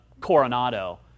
Coronado